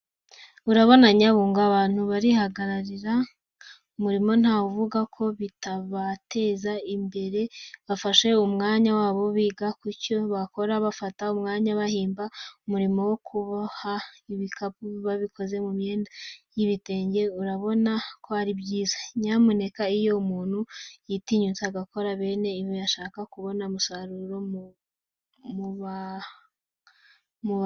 Urabona nyabu ngo abantu barihangira umurimo, ntawavuga ko bitabateza imbere bafashe umwanya wabo biga ku cyo bakora, bafata umwanya bahimba umurimo wo kuboha ibikapu babikoze mu myenda y'ibitenge, urabona ko ari byiza cyane. Nyamuneka iyo umuntu yitinyutse agakora bene ibi abashaka kubona umusaruro mubagane.